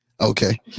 Okay